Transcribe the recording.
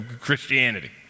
Christianity